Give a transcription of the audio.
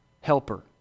helper